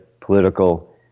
political